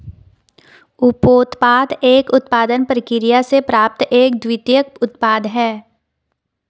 उपोत्पाद एक उत्पादन प्रक्रिया से प्राप्त एक द्वितीयक उत्पाद है